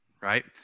right